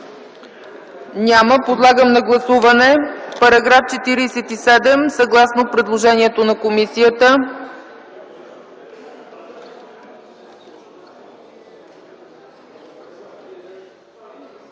няма. Подлагам на гласуване § 47, съгласно предложението на комисията.